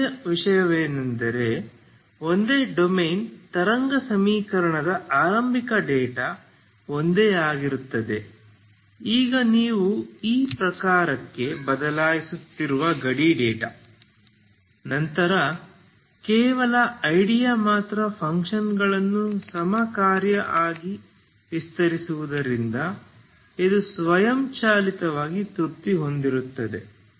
ಆದ್ದರಿಂದ ಒಂದೇ ವಿಷಯವೆಂದರೆ ಒಂದೇ ಡೊಮೇನ್ ತರಂಗ ಸಮೀಕರಣದ ಆರಂಭಿಕ ಡೇಟಾ ಒಂದೇ ಆಗಿರುತ್ತದೆ ಈಗ ನೀವು ಈ ಪ್ರಕಾರಕ್ಕೆ ಬದಲಾಯಿಸುತ್ತಿರುವ ಗಡಿ ಡೇಟಾ ನೋಡುತ್ತಿರಿ ನಂತರ ಕೇವಲ ಐಡಿಯಾ ಮಾತ್ರ ಫಂಕ್ಷನ್ಗಳನ್ನು ಸಮ ಕಾರ್ಯ ಆಗಿ ವಿಸ್ತರಿಸುವುದರಿಂದ ಇದು ಸ್ವಯಂಚಾಲಿತವಾಗಿ ತೃಪ್ತಿ ಹೊಂದುತ್ತದೆ